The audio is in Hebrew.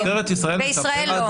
בישראל לא.